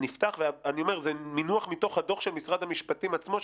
זה מינוח מתוך הדוח של משרד המשפטים עצמו,